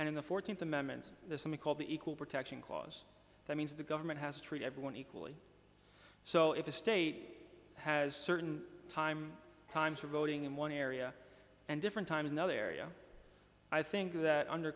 in the fourteenth amendment there's something called the equal protection clause that means the government has treat everyone equally so if a state has certain time times for voting in one area and different times another area i think that under